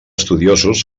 estudiosos